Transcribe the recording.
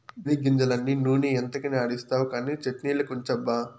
చెనిగ్గింజలన్నీ నూనె ఎంతకని ఆడిస్తావు కానీ చట్ట్నిలకుంచబ్బా